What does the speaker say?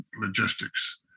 logistics